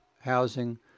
housing